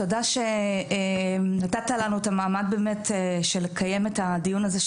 תודה שנתת לנו את המעמד באמת של לקיים את הדיון הזה,